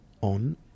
on